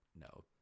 no